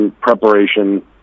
preparation